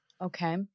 Okay